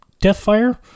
Deathfire